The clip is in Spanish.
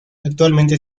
actualmente